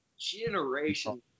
generation